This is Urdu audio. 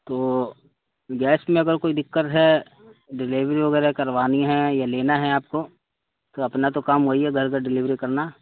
تو گیس میں اگر کوئی دقت ہے ڈلیوری وغیرہ کروانی ہے یا لینا ہے آپ کو تو اپنا تو کام وہی ہے گھر گھر ڈلیوری کرنا